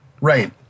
Right